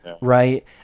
right